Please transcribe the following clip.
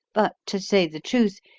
but, to say the truth,